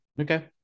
Okay